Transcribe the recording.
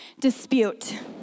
Dispute